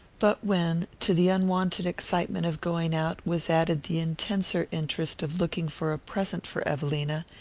but when, to the unwonted excitement of going out, was added the intenser interest of looking for a present for evelina,